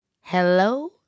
Hello